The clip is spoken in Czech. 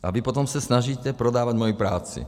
A vy potom se snažíte prodávat moji práci.